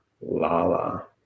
Lala